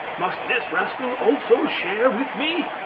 must this rascal also share with me?